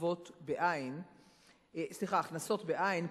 הכנסות בעין,